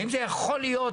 האם זה יכול להיות,